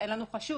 אין לנו חשוד,